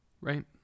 right